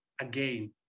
again